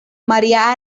maría